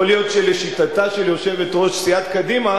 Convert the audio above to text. יכול להיות שלשיטתה של יושבת-ראש סיעת קדימה